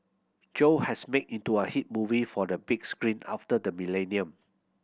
Joe has made into a hit movie for the big screen after the millennium